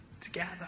together